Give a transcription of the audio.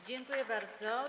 Dziękuję bardzo.